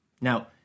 Now